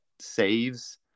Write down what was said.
saves